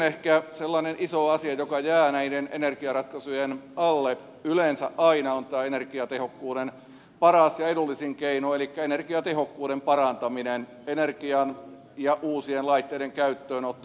toinen ehkä sellainen iso asia joka jää näiden energiaratkaisujen alle yleensä aina on tämä energiatehokkuuden paras ja edullisin keino elikkä energiatehokkuuden parantaminen energian ja uusien laitteiden käyttöönotto